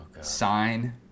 Sign